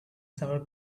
several